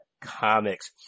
comics